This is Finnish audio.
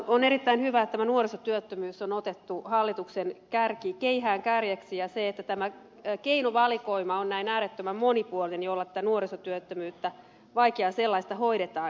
on erittäin hyvä että tämä nuorisotyöttömyys on otettu hallituksen keihäänkärjeksi ja se että tämä keinovalikoima on näin äärettömän monipuolinen jolla tätä vaikeaa nuorisotyöttömyyttä hoidetaan